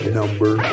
number